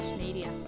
media